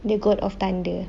the god of thunder